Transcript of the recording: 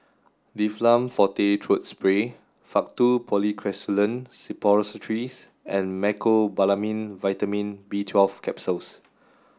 Difflam Forte Throat Spray Faktu Policresulen Suppositories and Mecobalamin Vitamin B twelve Capsules